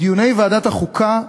בדיוני ועדת החוקה,